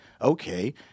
okay